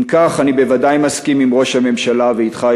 בכך אני בוודאי מסכים עם ראש הממשלה ואתך,